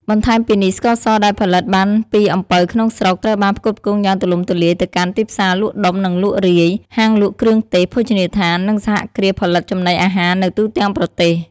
បន្ថែមពីនេះស្ករសដែលផលិតបានពីអំពៅក្នុងស្រុក ត្រូវបានផ្គត់ផ្គង់យ៉ាងទូលំទូលាយទៅកាន់ ទីផ្សារលក់ដុំ និងលក់រាយ ហាងលក់គ្រឿងទេស ភោជនីយដ្ឋាន និងសហគ្រាសផលិតចំណីអាហារនៅទូទាំងប្រទេស។